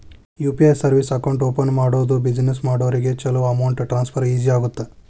UPI service account open ಮಾಡೋದು business ಮಾಡೋರಿಗ ಚೊಲೋ ಅಮೌಂಟ್ ಟ್ರಾನ್ಸ್ಫರ್ ಈಜಿ ಆಗತ್ತ